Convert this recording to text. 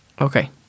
Okay